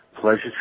Pleasure